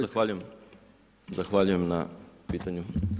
Zahvaljujem na pitanju.